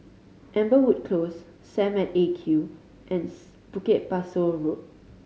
Amberwood Close Sam at Eight Q and Bukit Pasoh Road